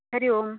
Hari Om